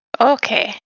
okay